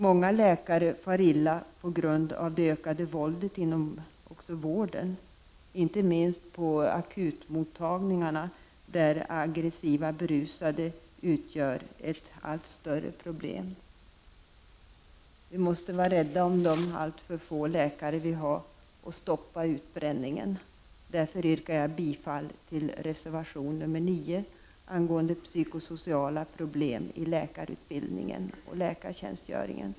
Många läkare far också illa på grund av det ökade våldet inom vården — inte minst på akutmottagningarna, där aggressiva berusade utgör ett allt större problem. Vi måste vara rädda om de alltför få läkare vi har och stoppa utbränningen. Därför yrkar jag bifall till reservation nr 9 angående psykosociala problem i läkarutbildning och läkartjänstgöring.